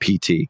PT